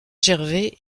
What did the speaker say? gervais